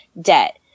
debt